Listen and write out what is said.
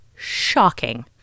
shocking